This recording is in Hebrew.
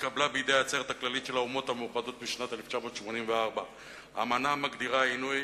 התקבלה בעצרת הכללית של האומות המאוחדות בשנת 1984. האמנה מגדירה עינוי